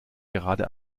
gerade